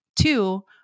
Two